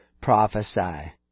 prophesy